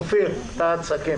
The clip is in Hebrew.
אופיר בבקשה.